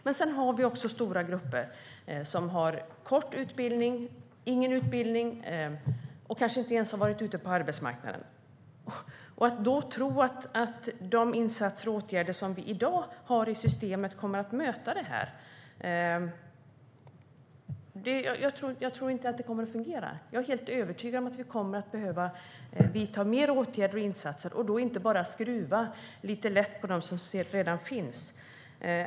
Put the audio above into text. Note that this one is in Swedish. Men sedan finns det stora grupper som har kort utbildning eller saknar utbildning och som kanske inte ens har varit ute på arbetsmarknaden. Jag tror inte att de insatser och åtgärder som vi i dag har i systemet kommer att möta det. Jag tror inte att det kommer att fungera. Jag är helt övertygad om att vi kommer att behöva vidta fler åtgärder och insatser och inte bara skruva lite lätt på dem som redan finns.